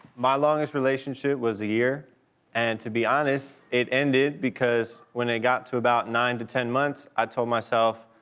my longest relationship relationship was a year and to be honest it ended because when it got to about nine to ten months i told myself,